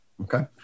Okay